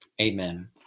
amen